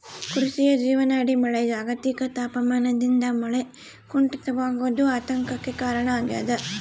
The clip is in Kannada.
ಕೃಷಿಯ ಜೀವನಾಡಿ ಮಳೆ ಜಾಗತಿಕ ತಾಪಮಾನದಿಂದ ಮಳೆ ಕುಂಠಿತವಾಗೋದು ಆತಂಕಕ್ಕೆ ಕಾರಣ ಆಗ್ಯದ